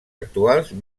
actuals